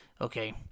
Okay